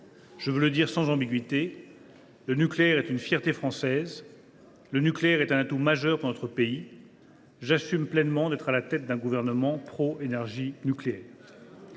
Je veux le dire sans ambiguïté : le nucléaire est une fierté française. Le nucléaire est un atout majeur pour notre pays. J’assume pleinement d’être à la tête d’un gouvernement pro énergie nucléaire.